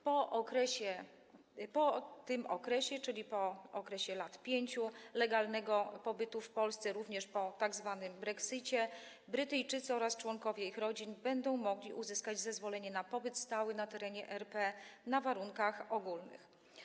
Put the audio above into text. Po tym okresie, czyli po 5 latach legalnego pobytu w Polsce, również po tzw. brexicie Brytyjczycy oraz członkowie ich rodzin będą mogli uzyskać zezwolenie na pobyt stały na terenie RP na warunkach ogólnych.